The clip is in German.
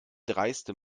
dreiste